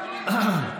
חברת הכנסת סטרוק.